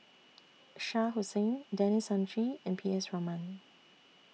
Shah Hussain Denis Santry and P S Raman